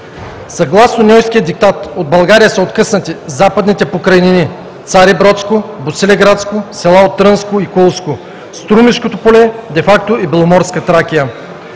Съгласно Ньойския диктат от България са откъснати Западните покрайнини, Царибродско, Босилеградско, села от Трънско и Кулско, Струмишкото поле, де факто и Беломорска Тракия,